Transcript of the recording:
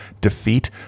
defeat